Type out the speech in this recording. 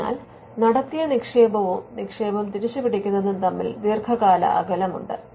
അതിനാൽ നടത്തിയ നിക്ഷേപവും നിക്ഷേപം തിരിച്ചുപിടിക്കുന്നതും തമ്മിൽ ദീർഘകാല അകലമുണ്ട്